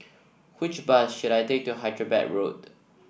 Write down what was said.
which bus should I take to Hyderabad Road